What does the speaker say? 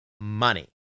money